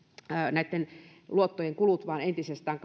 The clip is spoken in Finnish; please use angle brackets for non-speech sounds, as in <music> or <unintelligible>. näitten luottojen kulut vain entisestään <unintelligible>